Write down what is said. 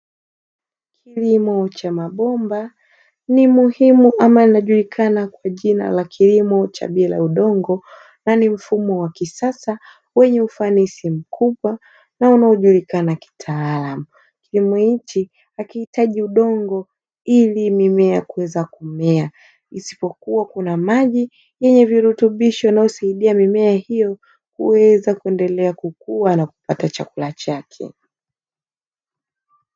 Kilimo cha mabomba ni muhimu ama kinajulikana kwa jina la kilimo cha bila udongo, na ni mfumo wa kisasa wenye ufanisi mkubwa na unaojulikana kitaalamu. Kilimo hiki hakihitaji udongo ili mimea kuweza kumea, isipokuwa kuna maji yenye virutubisho yanayosaidia mimea hiyo kuweza kuendelea kukua na kupata chakula chake.